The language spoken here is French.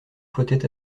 flottait